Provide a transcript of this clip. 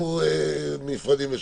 אנחנו נפרדים לשלום.